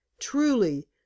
truly